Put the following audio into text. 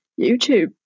youtube